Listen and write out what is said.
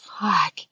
fuck